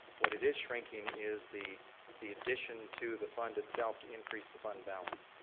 what it is shrinking is the the addition to the fund itself to increase the fund balance.